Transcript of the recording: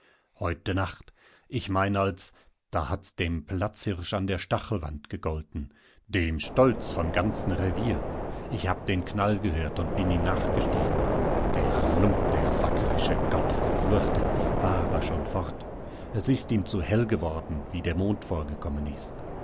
heute nacht ich mein als da hat's dem platzhirsch an der stachelwand gegolten dem stolz vom ganzen revier ich hab den knall gehört und bin ihm nachgestiegen der lump der sakrische gottverfluchte war aber schon fort es ist ihm zu hell geworden wie der mond vorgekommen ist